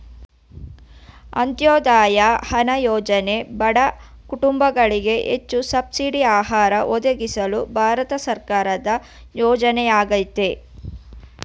ಅಂತ್ಯೋದಯ ಅನ್ನ ಯೋಜನೆ ಬಡ ಕುಟುಂಬಗಳಿಗೆ ಹೆಚ್ಚು ಸಬ್ಸಿಡಿ ಆಹಾರ ಒದಗಿಸಲು ಭಾರತ ಸರ್ಕಾರದ ಯೋಜನೆಯಾಗಯ್ತೆ